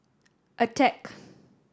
attack